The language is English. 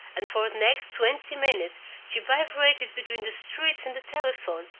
and for the next twenty minutes she vibrated between the street and the telephone,